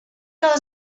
cal